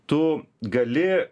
tu gali